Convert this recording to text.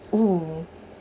oo